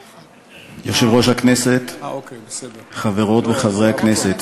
היושב-ראש, חברות וחברי הכנסת,